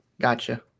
Gotcha